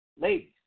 Ladies